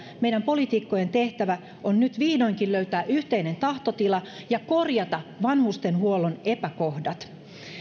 meidän poliitikkojen tehtävä on nyt vihdoinkin löytää yhteinen tahtotila ja korjata vanhustenhuollon epäkohdat